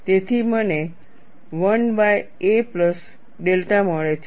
તેથી મને Ia plus delta મળે છે